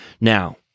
Now